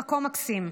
זה מקום מקסים,